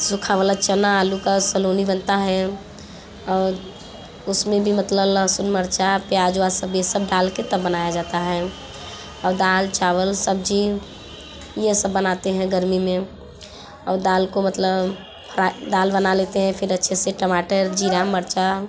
सुखा वाला चना आलू का सलोनी बनता है और उसमें भी मतलब लहसुन मिर्च प्याज़ व्याज़ ज़ीरा ये सब डाल के तब बनाया जाता है और दाल चावल सब्ज़ी ये सब बनाते हुए गर्मी में और दाल को मतलब दाल बना लेते हैं फिर अच्छे से टमाटर ज़ीरा मिर्च